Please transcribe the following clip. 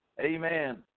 Amen